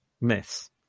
myths